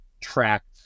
tracked